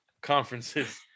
conferences